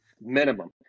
minimum